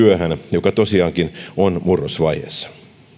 joka tosiaankin on murrosvaiheessa